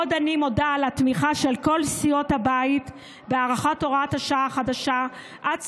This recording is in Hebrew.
עוד אני מודה על התמיכה של כל סיעות הבית בהארכת הוראת השעה החדשה עד